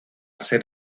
ser